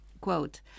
Quote